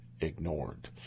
ignored